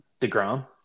Degrom